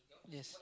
yes